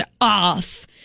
off